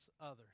others